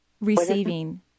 receiving